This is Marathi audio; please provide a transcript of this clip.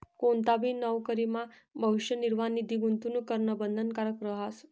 कोणताबी नवकरीमा भविष्य निर्वाह निधी गूंतवणूक करणं बंधनकारक रहास